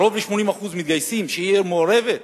קרוב ל-80% מתגייסים, שהיא עיר מעורבת,